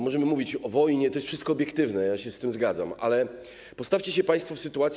Możemy mówić o wojnie, to jest wszystko obiektywne, ja się z tym zgadzam, ale postawcie się państwo w sytuacji.